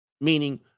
Meaning